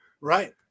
Right